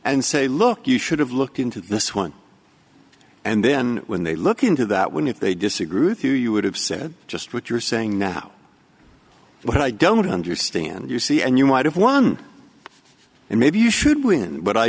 and say look you should have looked into this one and then when they look into that when they disagree with you you would have said just what you're saying now but i don't understand you see and you might have one maybe you should win